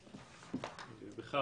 ובכלל,